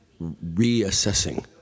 reassessing